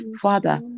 Father